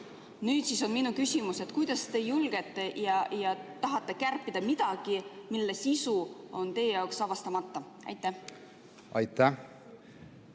Nüüd on minul küsimus: kuidas te julgete ja tahate kärpida midagi, mille sisu on teil avastamata? Aitäh!